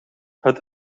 het